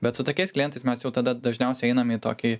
bet su tokiais klientais mes jau tada dažniausiai einame į tokį